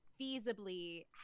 feasibly